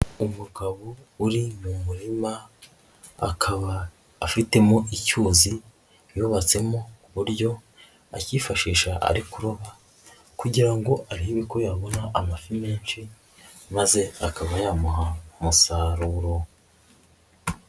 Umugabo uri mu murima akaba afitemo icyuzi yubatsemo ku buryo akifashisha ari kuroba kugira ngo arebe ko yabona amafi menshi maze akaba yamuha umusaruro.